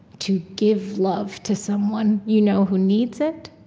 to give love to someone you know who needs it,